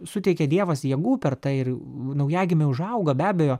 suteikia dievas jėgų per tai ir naujagimiai užauga be abejo